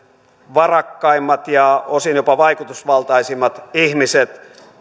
varakkaimmat ja osin jopa vaikutusvaltaisimmat ihmiset